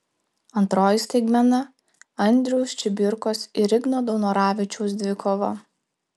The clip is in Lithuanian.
antroji staigmena andriaus čibirkos ir igno daunoravičiaus dvikova